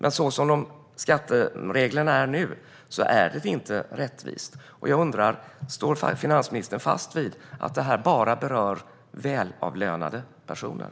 Men som skattereglerna ser ut nu är det inte rättvist. Jag undrar: Står finansministern fast vid att det här bara berör välavlönade personer?